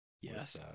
Yes